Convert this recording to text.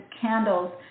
candles